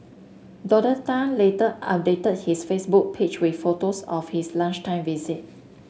Doctor Tan later updated his Facebook page with photos of his lunchtime visit